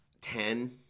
Ten